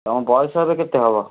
ତମ ବୟସ ଏବେ କେତେ ହେବ